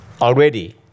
Already